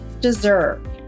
deserve